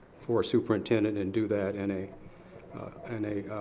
for a superintendent and do that in a and a